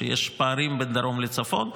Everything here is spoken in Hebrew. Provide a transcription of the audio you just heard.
שיש פערים בין הדרום לצפון.